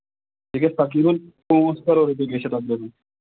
یہِ گژھِ تقریٖباً پانٛژھ کَرور رۄپیہِ گژھِ یہِ تقریٖباً